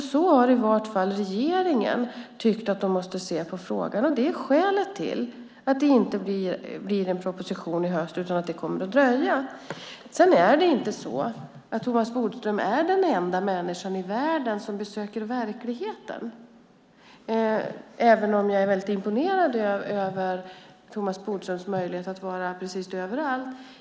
Så har i vart fall regeringen tyckt att de måste se på frågan, och det är skälet till att det inte blir en proposition i höst utan att den dröjer. Thomas Bodström är heller inte den enda människan i världen som besöker verkligheten, även om jag är väldigt imponerad över Thomas Bodströms möjlighet att vara precis överallt.